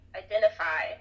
identify